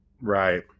Right